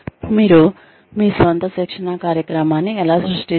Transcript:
మీరు మీ స్వంత శిక్షణా కార్యక్రమాన్ని ఎలా సృష్టిస్తారు